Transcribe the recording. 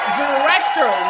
director